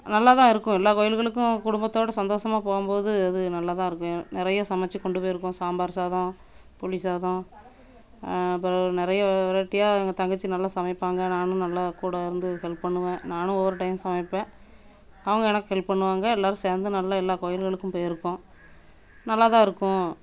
நல்லா தான் இருக்கும் எல்லா கோயிலுகளுக்கும் குடும்பத்தோட சந்தோசமாக போகும்போது அது நல்லா தான் இருக்கும் எ நிறைய சமைச்சி கொண்டு போயிருக்கோம் சாம்பார் சாதம் புளி சாதம் பிறவு நிறைய வெரைட்டியாக எங்கள் தங்கச்சி நல்லா சமைப்பாங்க நானும் நல்லா கூட இருந்து ஹெல்ப் பண்ணுவேன் நானும் ஒவ்வொரு டைம் சமைப்பேன் அவங்க எனக்கு ஹெல்ப் பண்ணுவாங்க எல்லாரும் சேர்ந்து நல்லா எல்லா கோயிலுகளுக்கும் போயிருக்கோம் நல்லா தான் இருக்கும்